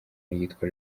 yitwa